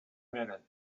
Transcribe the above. minute